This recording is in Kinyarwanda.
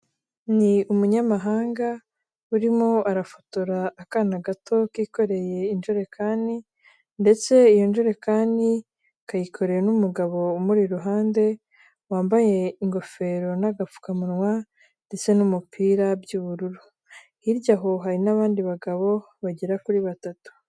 Ni umunyamahanga urimo arafotora akana gato kikoreye injerekani ndetse iyo njirekani kayikorewe n'umugabo umuri iruhande, wambaye ingofero n'agapfukamunwa ndetse n'umupira by'ubururu. Hirya aho hari n'abandi bagabo bagera kuri batatu.